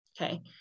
okay